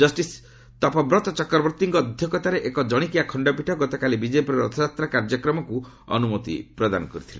justice Tapabrata ଚକ୍ରବର୍ତ୍ତୀଙ୍କ ଅଧ୍ୟକ୍ଷତାରେ ଏକ ଜଣିକିଆ ଖଣ୍ଡପୀଠ ଗତକାଲି ବିଜେପିର ରଥଯାତ୍ରା କାର୍ଯ୍ୟକ୍ରମକୁ ଅନୁମତି ପ୍ରଦାନ କରିଥିଲେ